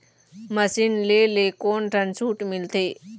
Machine ले ले कोन ठन छूट मिलथे?